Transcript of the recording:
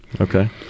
Okay